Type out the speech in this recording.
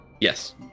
Yes